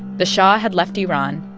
the shah had left iran.